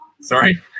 Sorry